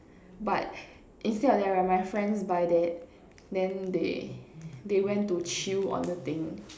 but instead of that right my friends buy that then they they went to chew on the thing